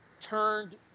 turned